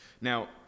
now